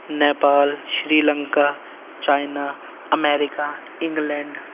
Nepal Sri Lanka China America England